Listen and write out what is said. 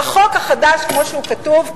בחוק החדש כמו שהוא כתוב,